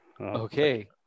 Okay